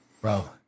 bro